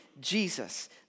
Jesus